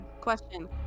question